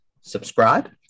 subscribe